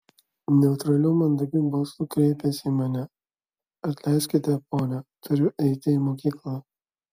neutraliu mandagiu balsu kreipėsi į mane atleiskite ponia turiu eiti į mokyklą